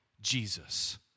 Jesus